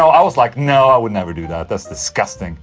i was like no, i would never do that, that's disgusting'